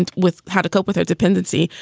and with how to cope with our dependency.